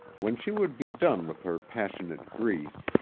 when she would be done with her passionate grief,